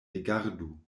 rigardu